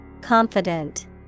Confident